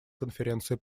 конференции